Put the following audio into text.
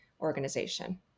organization